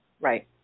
Right